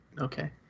okay